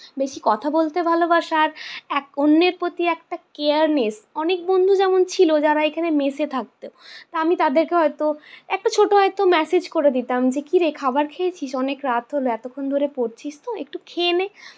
বেশি কথা বলতে ভালোবাসার এক অন্যের প্রতি একটা কেয়ারনেস অনেক বন্ধু যেমন ছিলো যারা এখানে মেসে থাকতো তা আমি তাদেরকে হয়তো একটা ছোটো হয়তো ম্যাসেজ করে দিতাম যে কিরে খাবার খেয়েছিস অনেক রাত হলো এতক্ষণ ধরে পড়ছিস তো একটু খেয়ে নে